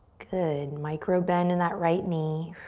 good, micro bend in that right knee.